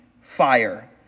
fire